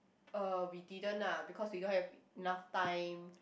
uh we didn't lah because we don't have enough time